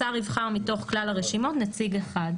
השר יבחר מתוך כלל הרשימות נציג אחד.